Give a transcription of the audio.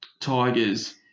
Tigers